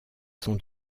sont